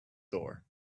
door